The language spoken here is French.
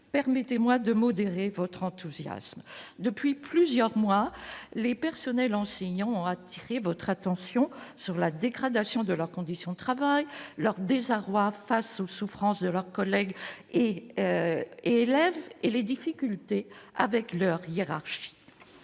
permettez-moi de modérer votre enthousiasme depuis plusieurs mois, les personnels enseignants ont attiré votre attention sur la dégradation de leurs conditions de travail leur désarroi face aux souffrances de leurs collègues et élèves et les difficultés avec leur hiérarchie,